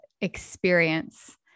experience